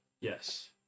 Yes